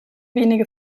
wenige